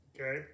Okay